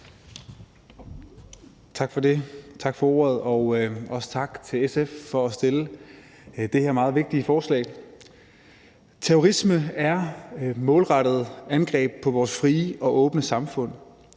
Tak for det, tak for ordet og også tak til SF for at fremsætte det her meget vigtige forslag. Terrorisme er målrettede angreb på vores frie og åbne samfund.